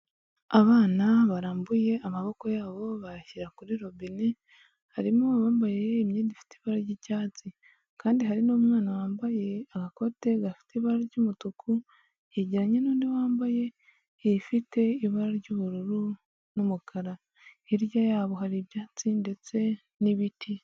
Abana barambuye amaboko yabo bayashyira kuri robine, harimo abambaye imyenda ifite ibara ry'icyatsi kandi hari n'umwana wambaye agakote gafite ibara ry'umutuku, yegeranye n'undi wambaye irifite ibara ry'ubururu n'umukara, hirya yabo hari ibyatsi ndetse n'ibiti.